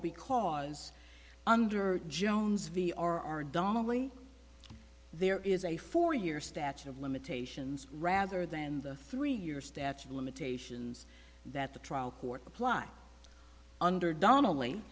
because under jones v r r donnelly there is a four year statute of limitations rather than the three year statute of limitations that the trial court apply under donnell